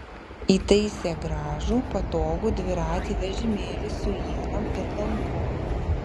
įtaisė gražų patogų dviratį vežimėlį su ienom ir lanku